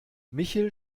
michel